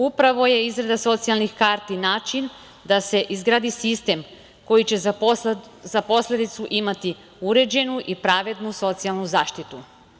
Upravo je izrada socijalnih karti način da se izgradi sistem koji će za posledicu imati uređenu i pravednu socijalnu zaštitu.